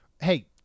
hey